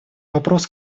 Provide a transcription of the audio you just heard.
вопрос